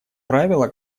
правило